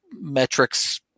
metrics